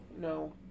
No